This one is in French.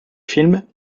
film